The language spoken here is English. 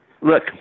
Look